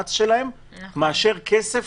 במאמץ שלהם מאשר כסף.